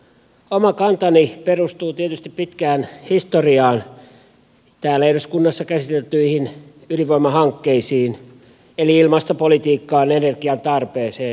oma kantani perustuu tietysti pitkään historiaan täällä eduskunnassa käsiteltyihin ydinvoimahankkeisiin eli ilmastopolitiikkaan energiantarpeeseen